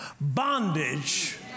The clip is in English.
bondage